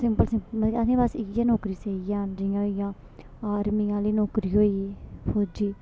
simple simple मतलब कि असें बस इ'यै नौकरी सेही ऐ हून जियां होई गेआ आर्मी आह्ली नौकरी होई गेई फौजी